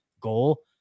goal